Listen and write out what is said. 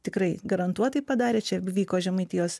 tikrai garantuotai padarė čia vyko žemaitijos